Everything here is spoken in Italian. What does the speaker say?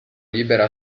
libera